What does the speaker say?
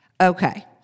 okay